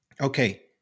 Okay